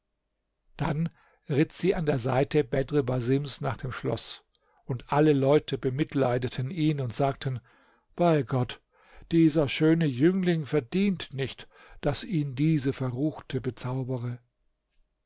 dann ritt sie an der seite bedr basims nach dem schloß und alle leute bemitleideten ihn und sagten bei gott dieser schöne jüngling verdient nicht daß ihn diese verruchte bezaubere